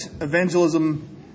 evangelism